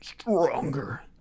Stronger